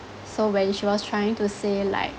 so when she was trying to say like